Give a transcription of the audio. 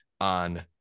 on